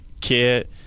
kid